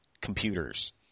computers